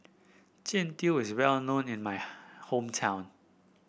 Jian Dui is well known in my hometown